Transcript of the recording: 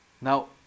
Now